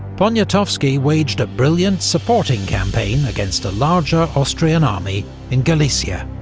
poniatowski waged a brilliant, supporting campaign against a larger austrian army in galicia.